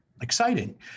Exciting